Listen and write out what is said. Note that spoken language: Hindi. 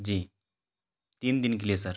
जी तीन दिन के लिए सर